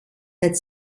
that